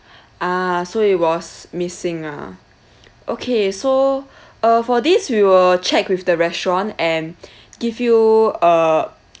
ah so it was missing ah okay so uh for this we will check with the restaurant and give you a